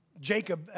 Jacob